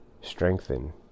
strengthen